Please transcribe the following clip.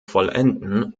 vollenden